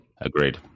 agreed